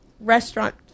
restaurant